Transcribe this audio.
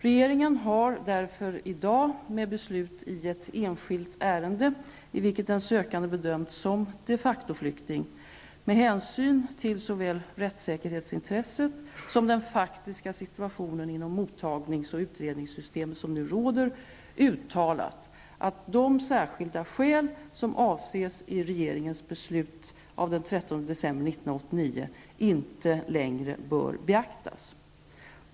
Regeringen har därför i dag, med beslut i ett enskilt ärende, och i vilket den sökande bedömts som de facto-flykting, med hänsyn till såväl rättssäkerhetsintresset som den faktiska situation inom mottagnings och utredningssystemet som nu råder, uttalat att de särskilda skäl som avses i regeringens beslut av den 13 december 1989 inte längre bör beaktas.